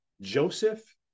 Joseph